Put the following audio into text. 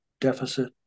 Deficit